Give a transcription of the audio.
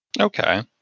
Okay